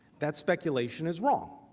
that speculation is wrong.